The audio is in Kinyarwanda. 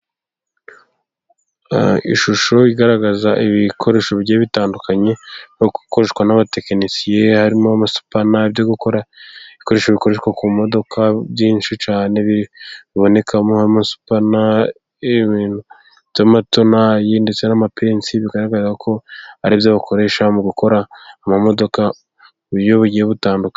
Ishusho igaragaza ibikoresho bigiye bitandukanye nko gukoreshwa n'abatekinisiye, harimo wo amasupana byo gukora ibikoresho bikoreshwa ku modoka cyane, bibonekamo amasupana ,ibintu byamatonayi ndetse n'amapensi bigaragara ko arizo bakoresha mu gukora amamodoka, mu buryo bugiye butandukanye.